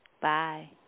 Bye